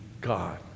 God